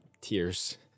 tears